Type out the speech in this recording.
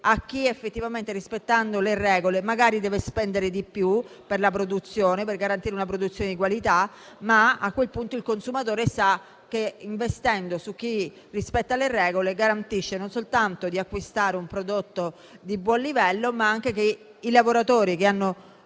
a chi effettivamente, rispettando le regole, magari deve spendere di più per garantire una produzione di qualità. Tuttavia, a quel punto il consumatore sa che, investendo su chi rispetta le regole, è garantito non soltanto nell'acquistare un prodotto di buon livello, ma anche nel fatto che i lavoratori che hanno